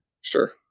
sure